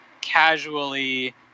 casually